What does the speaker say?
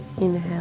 inhale